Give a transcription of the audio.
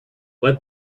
let